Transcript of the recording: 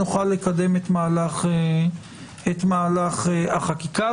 נוכל לקדם את מהלך החקיקה.